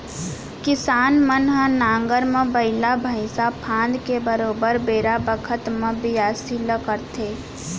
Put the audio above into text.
किसान मन ह नांगर म बइला भईंसा फांद के बरोबर बेरा बखत म बियासी ल करथे